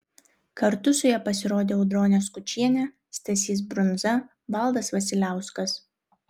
kartu su ja pasirodė audronė skučienė stasys brundza valdas vasiliauskas